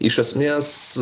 iš esmės